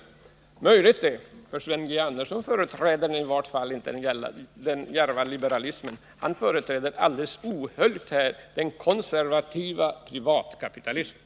Det är möjligt, det, för Sven G. Andersson företräder i vart fall inte den djärva liberalismen. Han företräder här alldeles ohöljt den konservativa privatkapitalismen.